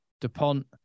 DuPont